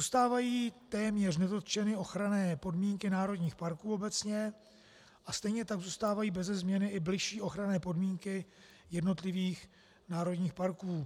Zůstávají téměř nedotčeny ochranné podmínky národních parků obecně a stejně tak zůstávají beze změny i bližší ochranné podmínky jednotlivých národních parků.